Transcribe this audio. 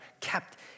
kept